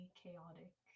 chaotic